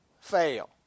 fail